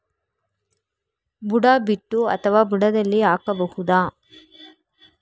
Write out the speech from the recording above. ಬುಡ ಬಿಟ್ಟು ಅಥವಾ ಬುಡದಲ್ಲಿ ಹಾಕಬಹುದಾ?